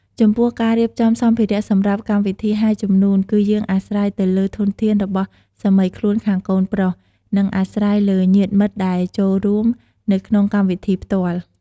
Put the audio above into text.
ចំពោះការរៀបចំសម្ភារៈសម្រាប់កម្មវិធីហែជំនូន គឺយើងអាស្រ័យទៅលើធនធានរបស់សាមីខ្លួនខាងកូនប្រុស និងអាស្រ័យលើញាតិមិត្តដែលចូលរួមនៅក្នុងកម្មវិធីផ្ទាល់។